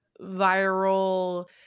viral